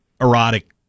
erotic